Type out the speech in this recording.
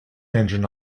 engine